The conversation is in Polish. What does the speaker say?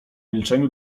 milczeniu